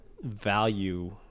value